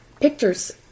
Pictures